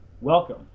welcome